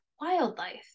wildlife